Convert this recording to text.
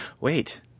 Wait